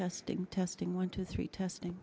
testing testing one two three test